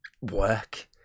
work